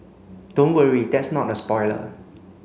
don't worry that's not a spoiler